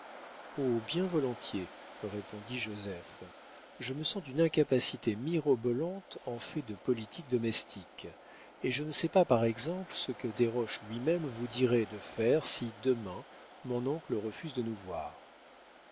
bien volontiers répondit joseph je me sens d'une incapacité mirobolante en fait de politique domestique et je ne sais pas par exemple ce que desroches lui-même nous dirait de faire si demain mon oncle refuse de nous voir